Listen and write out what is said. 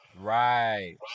Right